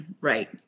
right